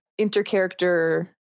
intercharacter